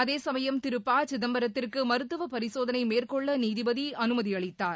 அதே சமயம் திரு சிதம்பரத்திற்கு மருத்துவ பரிசோதனை மேற்கொள்ள நீதிபதி அனுமதி அளித்தார்